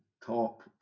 top